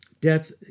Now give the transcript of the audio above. death